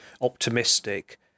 optimistic